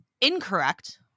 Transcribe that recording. incorrect